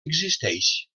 existeix